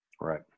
Right